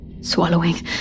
Swallowing